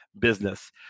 business